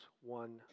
one